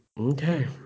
Okay